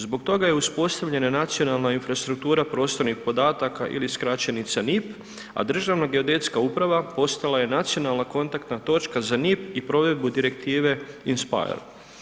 Zbog toga je uspostavljena nacionalna infrastruktura prostornih podataka ili skraćenica NIP, a Državna geodetska uprava postala je nacionalna kontaktna točka za NIP i provedbu direktive Inspire.